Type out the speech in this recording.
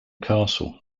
castle